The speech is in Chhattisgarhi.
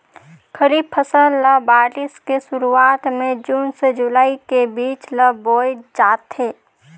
खरीफ फसल ल बारिश के शुरुआत में जून से जुलाई के बीच ल बोए जाथे